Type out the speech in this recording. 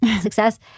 success